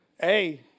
hey